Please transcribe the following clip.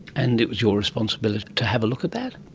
and it was your responsibility to have a look at that?